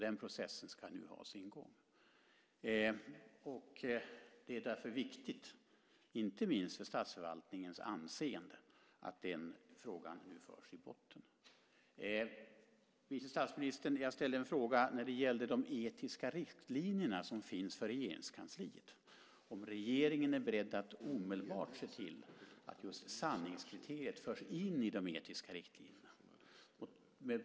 Den processen ska nu ha sin gång. Det är därför viktigt, inte minst för statsförvaltningens anseende, att man går till botten med den frågan. Jag ställde en fråga till vice statsministern som gällde de etiska riktlinjer som finns för Regeringskansliet. Är regeringen beredd att omedelbart se till att just sanningskriteriet förs in i de etiska riktlinjerna?